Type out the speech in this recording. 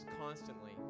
constantly